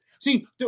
See